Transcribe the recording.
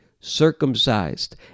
circumcised